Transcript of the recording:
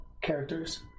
characters